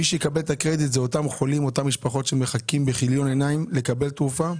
מי שיקבל את הקרדיט הם החולים שמחכים בכיליון עיניים לקבל תרופה.